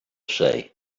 say